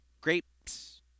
grapes